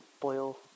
boil